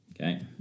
okay